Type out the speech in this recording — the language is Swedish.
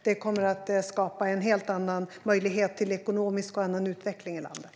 Det kommer att skapa en helt annan möjlighet till ekonomisk och annan utveckling i landet.